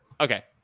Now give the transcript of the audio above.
Okay